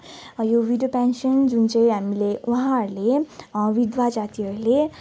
यो widow pension जुन चाहिँ हामीले उहाँहरूले विधुवा जातिहरूले